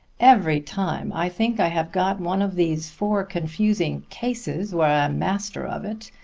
every time i think i have got one of these four confusing cases where i am master of it,